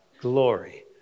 glory